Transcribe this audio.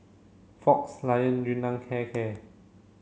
Fox Lion Yun Nam Hair Care